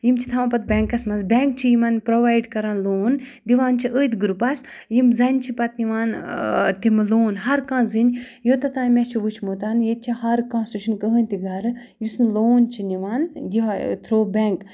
یِم چھِ تھاوان پَتہٕ بٮ۪نٛکَس منٛز بٮ۪نٛک چھِ یِمَن پرٛووایڈ کَران لون دِوان چھِ أتھۍ گرُپَس یِم زَنہِ چھِ پَتہٕ نِوان تِم لون ہرکانٛہہ زٔنۍ یوٚتَتھ تام مےٚ چھِ وٕچھمُت ییٚتہِ چھِ ہرکانٛہہ سُہ چھِنہٕ کٕہٕنۍ تہِ گَرٕ یُس نہٕ لون چھِ نِوان یِہٕے تھرٛوٗ بٮ۪نٛک